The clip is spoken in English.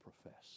profess